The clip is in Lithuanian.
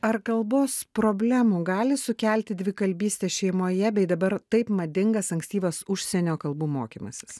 ar kalbos problemų gali sukelti dvikalbystė šeimoje bei dabar taip madingas ankstyvas užsienio kalbų mokymasis